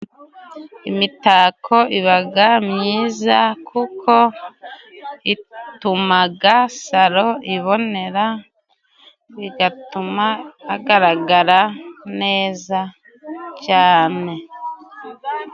Imitako iba myiza kuko ituma salo ibonera, bigatuma hagaragara neza cyane.